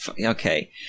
okay